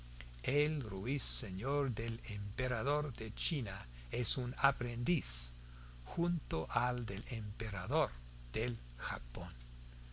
letrero el ruiseñor del emperador de china es un aprendiz junto al del emperador del japón